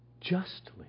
justly